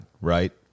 Right